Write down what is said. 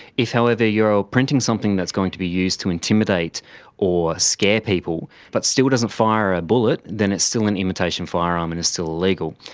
if however you are printing something that's going to be used to intimidate or scare people but still doesn't fire a bullet, then it's still an imitation firearm and it's still illegal.